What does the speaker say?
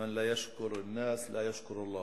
מַן לַא יַשְכֻּר אנ-נַאס לַא יַשְכֻּר אללה.